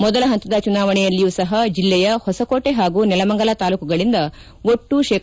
ಮೊದಲ ಪಂತದ ಚುನಾವಣೆಯಲ್ಲಿಯೂ ಸಪ ಜಿಲ್ಲೆಯ ಹೊಸಕೋಟೆ ಪಾಗೂ ನೆಲಮಂಗಲ ತಾಲೂಕುಗಳಿಂದ ಒಟ್ಟು ಶೇ